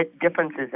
differences